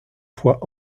fois